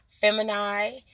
Feminine